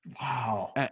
Wow